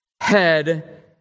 head